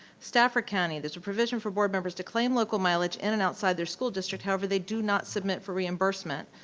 stafford county, there's a provision for board members to claim local mileage, in and outside their school district, however they do not submit for reimbursement.